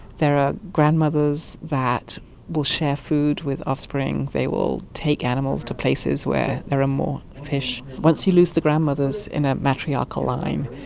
there are grandmothers that share food with offspring, they will take animals to places where there are more fish. once you lose the grandmothers in a matriarchal line,